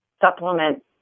supplement